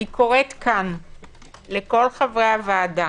אני קוראת כאן לכל חברי הוועדה,